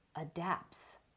adapts